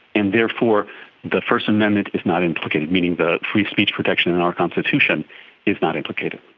and therefore the first amendment is not implicated, meaning the free speech protection in our constitution is not implicated.